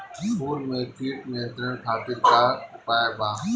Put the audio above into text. फूल में कीट नियंत्रण खातिर का उपाय बा?